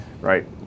right